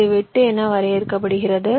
இது வெட்டு என வரையறுக்கப்படுகிறது